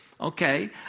Okay